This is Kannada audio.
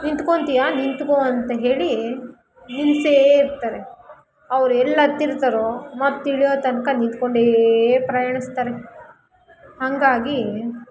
ನಿಂತ್ಕೊಳ್ತೀಯಾ ನಿಂತ್ಕೋ ಅಂತ ಹೇಳಿ ನಿಲ್ಲಿಸೇ ಇರ್ತಾರೆ ಅವ್ರು ಎಲ್ಲಿ ಹತ್ತಿರ್ತಾರೋ ಮತ್ತು ಇಳಿಯೋ ತನಕ ನಿಂತ್ಕೊಂಡೇ ಪ್ರಯಾಣಿಸ್ತಾರೆ ಹಾಗಾಗಿ